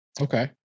Okay